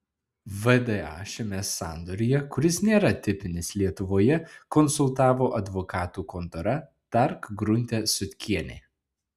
vda šiame sandoryje kuris nėra tipinis lietuvoje konsultavo advokatų kontora tark grunte sutkienė